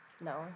No